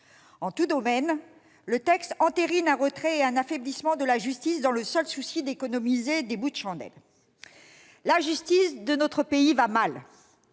En tout domaine, le texte entérine un retrait et un affaiblissement de la justice dans le seul souci d'économiser des bouts de chandelles. » La justice de notre pays va mal